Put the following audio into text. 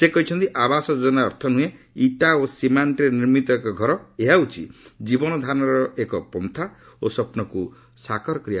ସେ କହିଛନ୍ତି ଆବାସ ଯୋଜନାର ଅର୍ଥ ନୁହେଁ ଇଟା ଓ ସିମେଙ୍କ ନିର୍ମିତ ଏକ ଘର ଏହା ହେଉଛି ଜୀବନଧାରଣର ପନ୍ଥା ଓ ସ୍ୱପ୍ନକୁ ସାକାର କରିବା